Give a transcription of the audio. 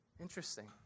Interesting